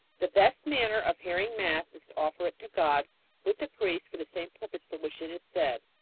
the best manner of hearing mass is to offer it to god with the priest for the same purpose for which it is said,